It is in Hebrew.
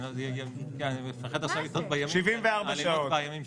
74 שעות.